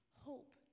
Hope